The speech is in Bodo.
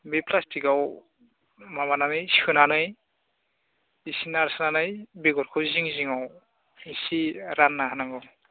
बे फ्लास्टिकआव माबानानै सोनानै एसे नारसोनानै बेगरखौ जिं जिंआव एसे रानना होनांगौ